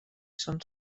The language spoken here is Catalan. són